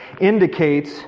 indicates